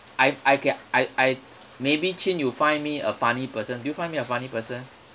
I I can I I maybe chin you find me a funny person do you find me a funny person